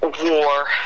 war